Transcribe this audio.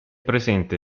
presente